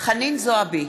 חנין זועבי,